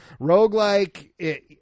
roguelike